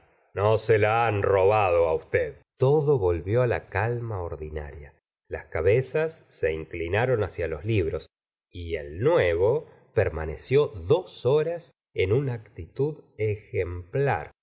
no se la han robado á usted todo volvió la calma ordinaria las cabezas se inclinaron hacia los libros y el nuevo permaneció dos horas en una actitud ejemplar